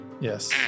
Yes